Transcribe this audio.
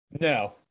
no